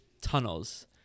tunnels